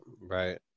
Right